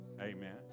Amen